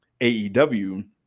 AEW